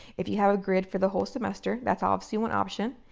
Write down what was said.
if you have a grid for the whole semester, that's obviously one option.